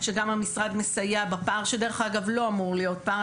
שגם המשרד מסייע בפער שדרך אגב לא אמור להיות פער,